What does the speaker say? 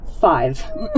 Five